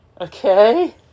Okay